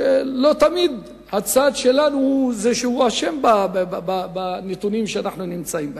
ולא תמיד הצד שלנו הוא זה שאשם בנתונים שאנחנו נמצאים בהם.